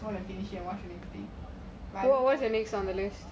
what's the next on the list